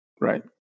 Right